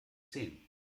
sehen